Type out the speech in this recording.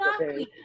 okay